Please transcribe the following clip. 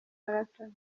marathon